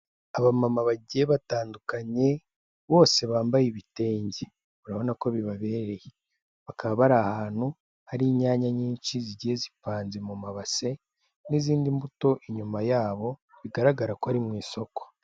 Abamama bagiye batandukanye bose bambaye ibitenge urabona ko bibabereye, bakaba bari ahantu hari inyanya nyinshi zigiye zipanze mu mabase n'izindi mbuto inyuma yabo bigaragara ko ari mu isoko.